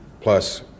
plus